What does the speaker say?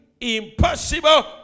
impossible